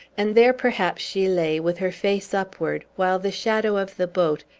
and there, perhaps, she lay, with her face upward, while the shadow of the boat,